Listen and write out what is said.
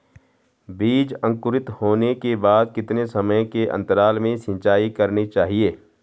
बीज अंकुरित होने के बाद कितने समय के अंतराल में सिंचाई करनी चाहिए?